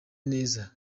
neza